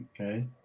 Okay